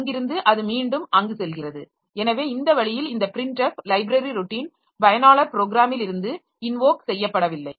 அங்கிருந்து அது மீண்டும் அங்கு செல்கிறது எனவே இந்த வழியில் இந்த printf லைப்ரரி ரொட்டீன் பயனாளர் ப்ரோக்ராமிலிலிருந்து இன்வோக் செய்யப்படவில்லை